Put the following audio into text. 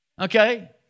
Okay